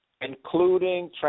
including